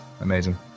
Amazing